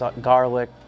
garlic